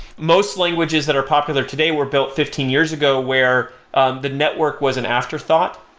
most languages that are popular today were built fifteen years ago where ah the network was an afterthought.